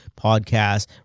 podcast